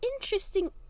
interesting